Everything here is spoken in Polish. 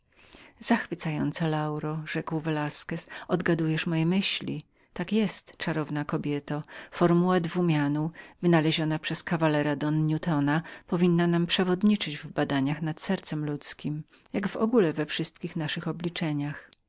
zachwycająca lauro rzekł velasquez odgadujesz moje myśli tak jest czarowna kobieto formuła binomu wynalezionego przez kawalera don newtona powinna nam przewodniczyć w badaniach nad sercem ludzkiem jak w ogóle we wszystkich naszych